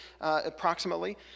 approximately